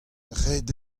ret